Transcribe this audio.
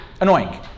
annoying